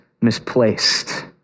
misplaced